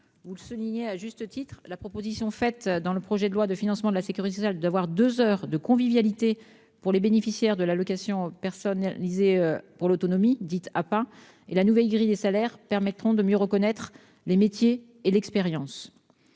Vous le soulignez à juste titre, la proposition contenue dans le projet de loi de financement de la sécurité sociale pour 2023 de dégager deux heures de convivialité pour les bénéficiaires de l'allocation personnalisée d'autonomie (APA) et la nouvelle grille des salaires permettront de mieux reconnaître les métiers et l'expérience